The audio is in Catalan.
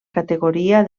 categoria